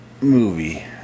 movie